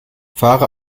fahre